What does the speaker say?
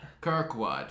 Kirkwood